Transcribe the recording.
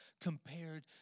compared